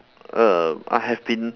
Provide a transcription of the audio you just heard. err I have been